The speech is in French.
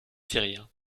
syriens